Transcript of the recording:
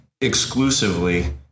exclusively